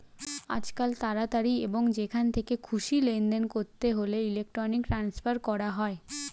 আজকাল তাড়াতাড়ি এবং যেখান থেকে খুশি লেনদেন করতে হলে ইলেক্ট্রনিক ট্রান্সফার করা হয়